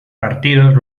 partidos